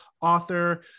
author